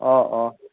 অঁ অঁ